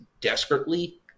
desperately